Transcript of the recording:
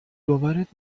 باورت